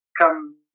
Come